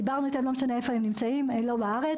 דיברנו איתם לא משנה היכן נמצאים - הם לא בארץ,